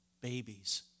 babies